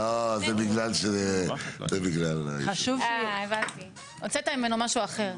או שעושה איזשהו שינוי אחר,